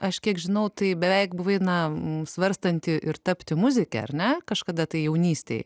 aš kiek žinau tai beveik buvai na svarstanti ir tapti muzike ar ne kažkada tai jaunystėj